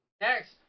Next